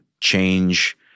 change